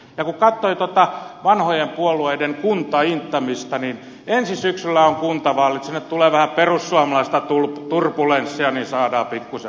ja kun katseli tuota vanhojen puolueiden kuntainttämistä niin ensi syksyllä on kuntavaalit ja sinne tulee vähän perussuomalaista turbulenssia niin saadaan pikkuisen asioita eteenpäin